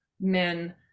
men